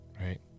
right